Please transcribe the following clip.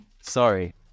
sorry